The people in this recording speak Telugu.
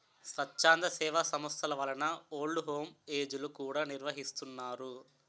స్వచ్ఛంద సేవా సంస్థల వలన ఓల్డ్ హోమ్ ఏజ్ లు కూడా నిర్వహిస్తున్నారు